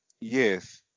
Yes